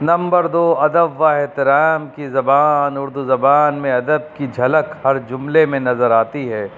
number دو ادب و احترام کی زبان اردو زبان میں ادب کی جھلک ہر جملے میں نظر آتی ہے